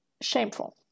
shameful